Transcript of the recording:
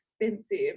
expensive